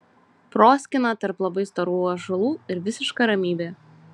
proskyna tarp labai storų ąžuolų ir visiška ramybė